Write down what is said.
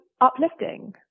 uplifting